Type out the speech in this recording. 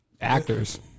Actors